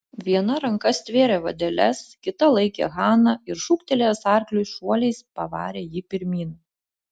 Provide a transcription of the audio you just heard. viena ranka stvėrė vadeles kita laikė haną ir šūktelėjęs arkliui šuoliais pavarė jį pirmyn